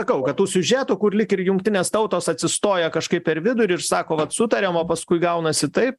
sakau kad tų siužetų kur lyg ir jungtinės tautos atsistoja kažkaip per vidurį ir sako vat sutariam o paskui gaunasi taip